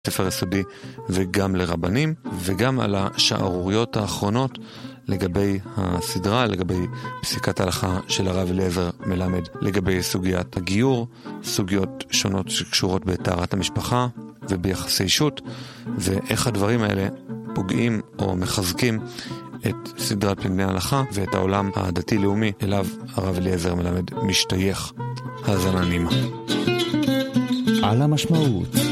ספר יסודי וגם לרבנים, וגם על השערוריות האחרונות לגבי הסדרה, לגבי פסיקת ההלכה של הרב אליעזר מלמד, לגבי סוגיית הגיור, סוגיות שונות שקשורות בטהרת המשפחה וביחסי אישות, ואיך הדברים האלה פוגעים או מחזקים את סדרת מבני ההלכה ואת העולם הדתי-לאומי אליו הרב אליעזר מלמד משתייך. האזנה נעימה. על המשמעות.